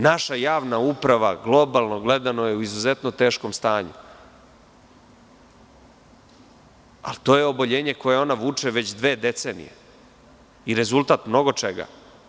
Naša javna uprava, globalno gledano, je u izuzetno teškom stanju, ali to je oboljenje koje ona vuče već dve decenije i rezultat mnogo čega.